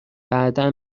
بعدا